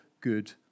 good